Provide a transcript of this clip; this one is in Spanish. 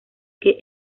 que